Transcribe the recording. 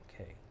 okay